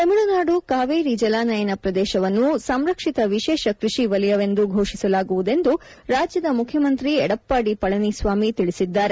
ತಮಿಳುನಾಡು ಕಾವೇರಿ ಜಲಾನಯನ ಪ್ರದೇಶವನ್ನು ಸಂರಕ್ಷಿತ ವಿಶೇಷ ಕೃಷಿ ವಲಯವೆಂದು ಫೋಷಿಸಲಾಗುವುದೆಂದು ರಾಜ್ಲದ ಮುಖ್ಯಮಂತ್ರಿ ಎಡಪ್ಪಾಡಿ ಪಳನಿಸ್ನಾಮಿ ಹೇಳಿದ್ದಾರೆ